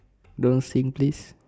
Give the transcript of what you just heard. don't sing please